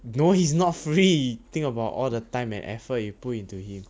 no he's not free think about all the time and effort you put into him